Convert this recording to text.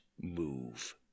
move